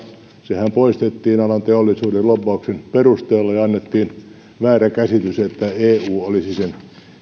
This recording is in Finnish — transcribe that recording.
sehän poistettiin alan teollisuuden lobbauksen perusteella ja annettiin väärä käsitys että eu olisi